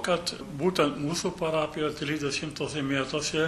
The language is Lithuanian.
kad būtent mūsų parapijoje trisdešimtuose metuose